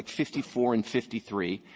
fifty four and fifty three.